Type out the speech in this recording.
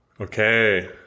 Okay